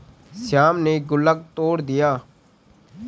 श्याम ने गुल्लक तोड़ दिया